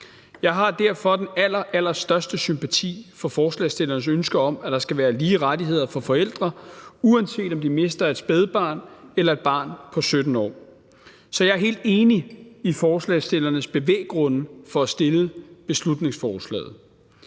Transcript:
Jeg har derfor den allerallerstørste sympati for forslagsstillernes ønske om, at der skal være lige rettigheder for forældre, uanset om de mister et spædbarn eller et barn på 17 år. Så jeg er helt enig i forslagsstillernes bevæggrunde for at fremsætte beslutningsforslaget.